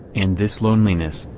and this loneliness,